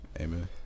Amen